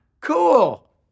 cool